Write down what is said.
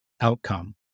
outcome